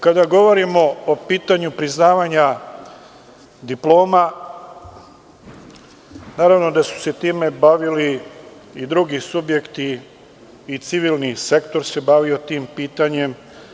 Kada govorimo o pitanju priznavanja diploma, naravno da su se time bavili i drugi subjekti i civilni sektor se bavio tim pitanjem.